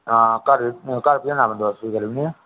हा घर घर पुजाने दा बंदोबस्त बी करी ओड़ने आं